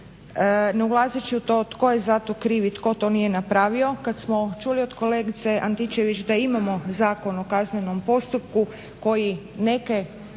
ne ulazeći u to tko je za to kriv i tko to nije napravio, kad smo čuli od kolegice Antičević da imamo Zakon o kaznenom postupku koji neke